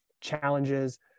challenges